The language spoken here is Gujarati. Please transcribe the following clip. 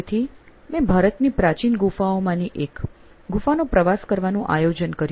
તેથી મેં ભારતની પ્રાચીન ગુફાઓમાંની એક ગુફાનો પ્રવાસ કરવાનું આયોજન કર્યું